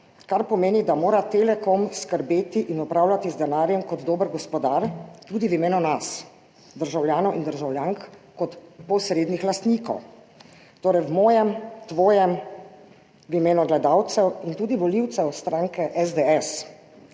kar pomeni, da mora Telekom skrbeti in upravljati z denarjem kot dober gospodar tudi v imenu nas državljanov in državljank kot posrednih lastnikov, torej v mojem, tvojem, v imenu gledalcev in tudi volivcev stranke SDS.